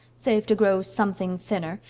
save to grow something thinner,